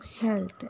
health